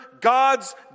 God's